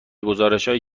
گزارشهایی